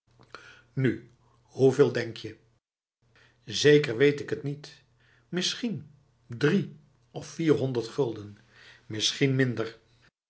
nu hoeveel denkje zeker weet ik het niet misschien drie of vierhonderd gulden misschien minderf